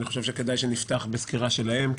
אני חושב שנפתח בסקירה שלהם,